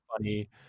funny